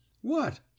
What